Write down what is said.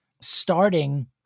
starting